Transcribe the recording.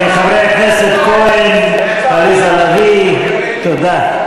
חבר הכנסת כהן, עליזה לביא, תודה.